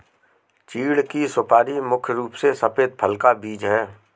चीढ़ की सुपारी मुख्य रूप से सफेद फल का बीज है